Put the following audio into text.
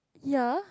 ya